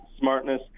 smartness